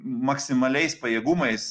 maksimaliais pajėgumais